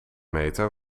meter